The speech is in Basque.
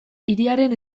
hiriaren